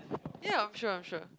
ya I'm sure I'm sure